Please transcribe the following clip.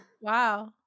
wow